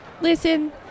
Listen